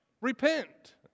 Repent